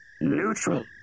Neutral